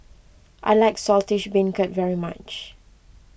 I like Saltish Beancurd very much